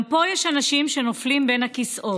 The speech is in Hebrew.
גם פה יש אנשים שנופלים בין הכיסאות.